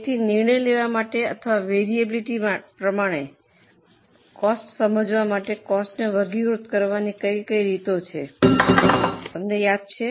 તેથી નિર્ણય લેવા માટે અથવા વેરએબિલીટી પ્રમાણે કોસ્ટ સમજવા માટે કોસ્ટને વર્ગીકૃત કરવાની કઈ રીતો છે તમને યાદ છે